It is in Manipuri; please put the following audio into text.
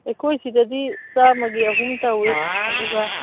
ꯑꯩꯈꯣꯏ ꯁꯤꯗꯗꯤ ꯆꯥꯝꯃꯒꯤ ꯑꯍꯨꯝ ꯇꯧꯏ ꯑꯗꯨꯒ